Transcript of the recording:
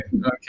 okay